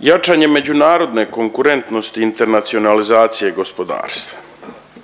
jačanje međunarodne konkurentnosti internacionalizacije gospodarstva.